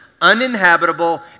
uninhabitable